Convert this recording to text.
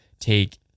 take